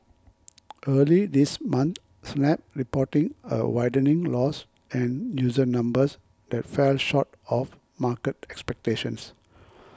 early this month Snap reporting a widening loss and user numbers that fell short of market expectations